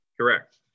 Correct